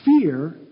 Fear